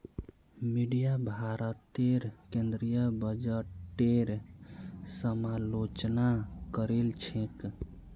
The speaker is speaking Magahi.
मीडिया भारतेर केंद्रीय बजटेर समालोचना करील छेक